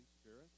Spirit